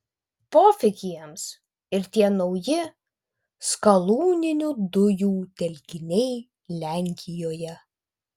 pofik jiems ir tie nauji skalūninių dujų telkiniai lenkijoje